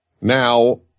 Now